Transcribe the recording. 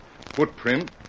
Footprint